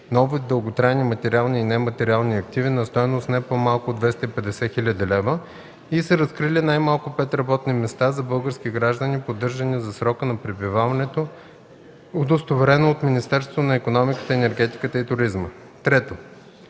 нови дълготрайни материални и нематериални активи на стойност не по-малко от 250 000 лв. и са разкрити най-малко 5 работни места за български граждани, поддържани за срока на пребиваването, удостоверено от Министерството на икономиката, енергетиката и туризма.” 3.